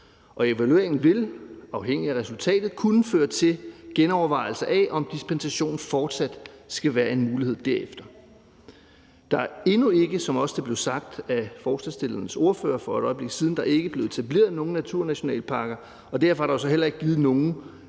evalueringen vil, afhængigt af resultatet, kunne føre til en genovervejelse af, om dispensationen fortsat skal være en mulighed derefter. Der er endnu ikke, som det også blev sagt af ordføreren for forslagsstillerne for et øjeblik siden, blevet etableret nogen naturnationalparker, og derfor er der jo så heller ikke givet nogen